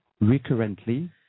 recurrently